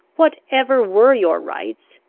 whatever were your rights,